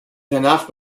danach